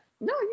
No